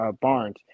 Barnes